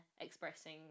expressing